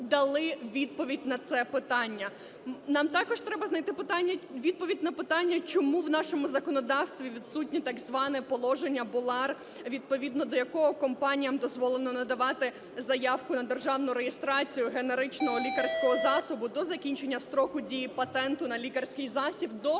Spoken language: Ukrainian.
дали відповідь на це питання. Нам також треба знайти відповідь на питання, чому в нашому законодавстві відсутнє так зване "положення Болар", відповідно до якого компаніям дозволено надавати заявку на державну реєстрацію генеричного лікарського засобу до закінчення строку дії патенту на лікарський засіб до